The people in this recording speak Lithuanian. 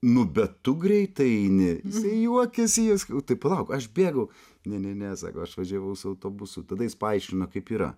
nu bet tu greitai eini juokiasi jis tai palauk aš bėgau ne ne ne sakau aš važiavau su autobusu tada jis paaiškino kaip yra